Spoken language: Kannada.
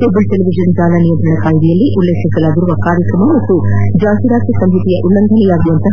ಕೇಬಲ್ ಟೆಲಿವಿಷನ್ ಜಾಲ ನಿಯಂತ್ರಣ ಕಾಯಿದೆಯಲ್ಲಿ ಉಲ್ಲೇಖಿಸಲಾಗಿರುವ ಕಾರ್ಯಕ್ರಮ ಮತ್ತು ಜಾಹೀರಾತು ಸಂಹಿತೆಯ ಉಲ್ಲಂಘನೆಯಾಗುವಂಥ